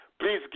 Please